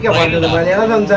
hundred and one